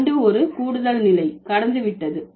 தண்டு ஒரு கூடுதல் நிலை கடந்து விட்டது